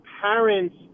parents